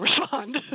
respond